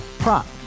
Prop